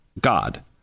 God